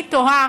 אני תוהה